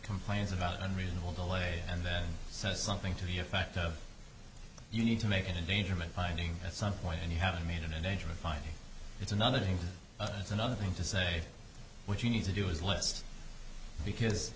complains about unreasonable delay and then says something to the effect of you need to make an endangerment finding at some point and you haven't made it in danger of finding it's another thing it's another thing to say what you need to do is list because